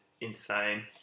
insane